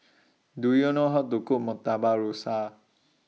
Do YOU know How to Cook Murtabak Rusa